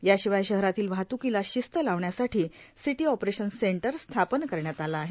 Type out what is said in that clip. याशिवाय शहरातील वाहत्कीला शिस्त लावण्यासाठी सीटी ऑपरेशन सेंटर स्थापन करण्यात आलं आहे